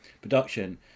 production